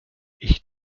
ich